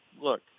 look